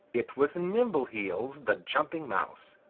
it was nimbleheels the jumping mouse.